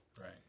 Right